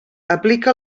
aplica